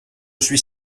suis